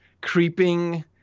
creeping